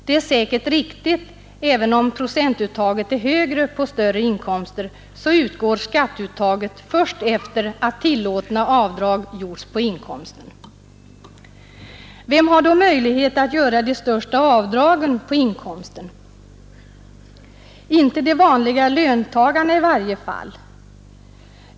Det är säkert riktigt, för även om procentutta get är högre på större inkomster, så sker skatteuttaget först efter det att tillåtna avdrag gjorts på inkomsten. Vem har då möjlighet att göra de största avdragen på inkomsten? Inte de vanliga löntagarna i varje fall.